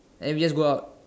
and we just go out